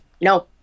No